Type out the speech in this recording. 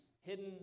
hidden